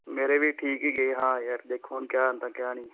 ਮੇਰੇ ਵੀ ਠੀਕ ਹੀ ਗਏ ਹਾਂ ਯਾਰ ਦੇਖੋ ਹੁਣ ਕਿਆ ਹੁੰਦਾ ਕਿਆ ਨਹੀਂ